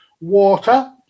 water